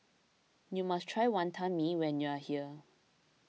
you must try Wantan Mee when you are here